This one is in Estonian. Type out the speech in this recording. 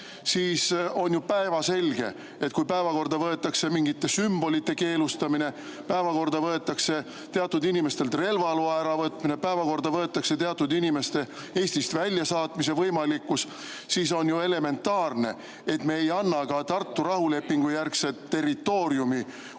siis on ju päevselge, et kui päevakorda võetakse mingite sümbolite keelustamine, päevakorda võetakse teatud inimestelt relvaloa äravõtmine, päevakorda võetakse teatud inimeste Eestist väljasaatmise võimalikkus, siis on ju elementaarne, et me ei anna ka Tartu rahulepingu järgset territooriumi